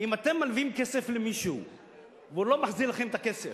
אם אתם מלווים כסף למישהו והוא לא מחזיר לכם את הכסף,